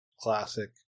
Classic